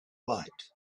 light